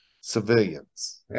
civilians